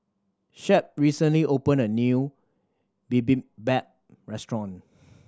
Shep recently opened a new Bibimbap Restaurant